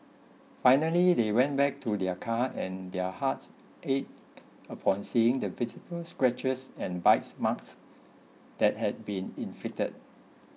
finally they went back to their car and their hearts ached upon seeing the visible scratches and bite marks that had been inflicted